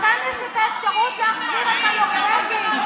לכן, יש את האפשרות להחזיר את הנורבגים.